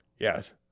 Yes